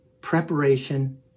Preparation